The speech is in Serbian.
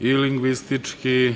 i lingvistički,